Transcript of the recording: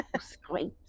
Scrapes